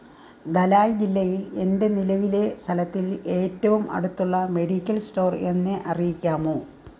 ധലായ് ജില്ലയിൽ എന്റെ നിലവിലെ സ്ഥലത്തിൽ ഏറ്റവും അടുത്തുള്ള മെഡിക്കൽ സ്റ്റോർ എന്നെ അറിയിക്കാമോ